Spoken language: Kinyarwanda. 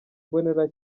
mbonera